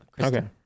okay